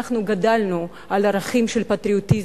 אנחנו גדלנו על ערכים של פטריוטיזם,